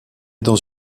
dans